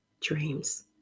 dreams